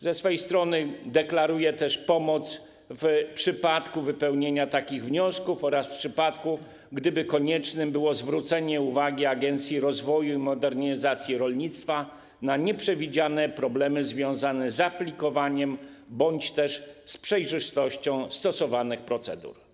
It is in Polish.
Ze swojej strony też deklaruję pomoc w przypadku wypełniania takich wniosków oraz w przypadku, gdyby konieczne było zwrócenie uwagi Agencji Restrukturyzacji i Modernizacji Rolnictwa na nieprzewidziane problemy związane z aplikowaniem bądź też z przejrzystością stosowanych procedur.